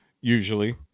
usually